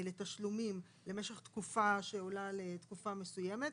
לתשלומים למשך תקופה שעולה על תקופה מסוימת,